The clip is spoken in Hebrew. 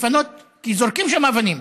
לפנות, כי זורקים שם אבנים.